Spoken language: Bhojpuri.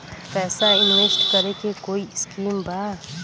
पैसा इंवेस्ट करे के कोई स्कीम बा?